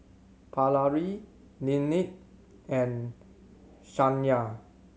Paralee Linette and Shayna